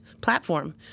platform